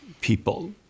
people